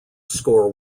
score